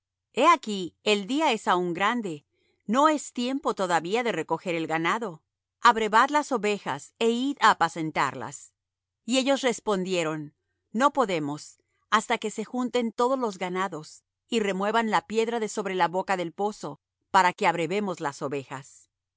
he aquí el día es aún grande no es tiempo todavía de recoger el ganado abrevad las ovejas é id á apacentarlas y ellos respondieron no podemos hasta que se junten todos los ganados y remuevan la piedra de sobre la boca del pozo para que abrevemos las ovejas